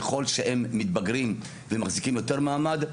ככל שהם מתבגרים ומחזיקים יותר מעמד,